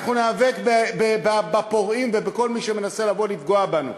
אנחנו ניאבק בפורעים ובכל מי שמנסה לפגוע בנו,